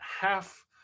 half